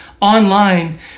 online